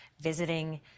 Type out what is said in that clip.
visiting